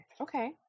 Okay